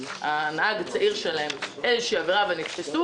הנהג הצעיר שלהם עם עשו איזו עבירה ונתפסו